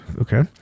okay